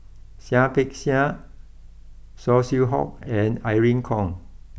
Seah Peck Seah Saw Swee Hock and Irene Khong